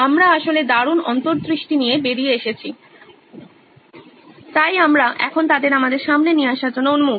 আমরা আসলে দারুণ অন্তর্দৃষ্টি নিয়ে বেরিয়ে এসেছি তাই আমরা এখন তাদের আমাদের সামনে নিয়ে আসার জন্য উন্মুখ